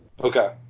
Okay